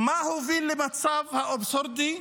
"מה הוביל למצב האבסורדי,